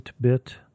bit